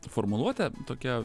formuluotė tokia